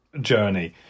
journey